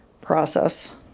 process